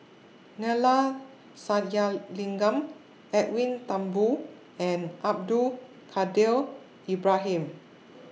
Neila Sathyalingam Edwin Thumboo and Abdul Kadir Ibrahim